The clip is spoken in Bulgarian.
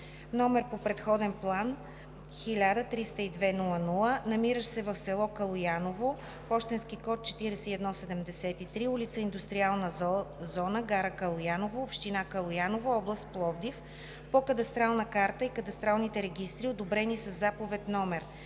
номер по предходен план 10030200, намиращ се в с. Калояново, п.к. 4173, ул. „Индустриална зона“ – гара Калояново, община Калояново, област Пловдив, по кадастрална карта и кадастралните регистри, одобрени със Заповед №